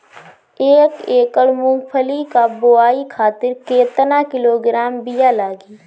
एक एकड़ मूंगफली क बोआई खातिर केतना किलोग्राम बीया लागी?